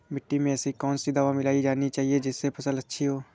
मिट्टी में ऐसी कौन सी दवा मिलाई जानी चाहिए जिससे फसल अच्छी हो?